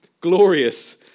glorious